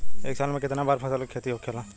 एक साल में कितना बार फसल के खेती होखेला?